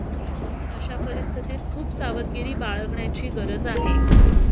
अशा परिस्थितीत खूप सावधगिरी बाळगण्याची गरज आहे